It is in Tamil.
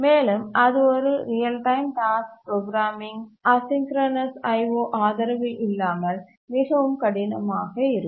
மேலும் அது ஒரு real time task programming asynchronous IO ஆதரவு இல்லாமல் மிகவும் கடினமாக இருக்கும்